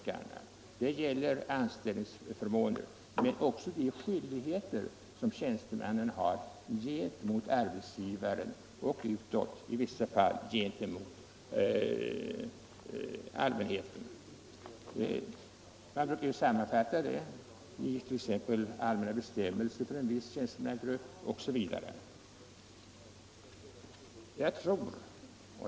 Det kan handla om anställningsförmåner men också de skyldigheter som tjänstemännen har gentemot arbetsgivaren och allmänheten. Det brukar sammanfattas i allmänna bestämmelser för olika tjänstemannagrupper.